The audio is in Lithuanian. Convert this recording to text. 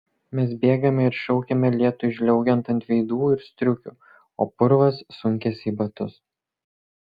mes bėgame ir šaukiame lietui žliaugiant ant veidų ir striukių o purvas sunkiasi į batus